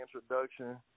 introduction